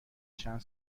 چند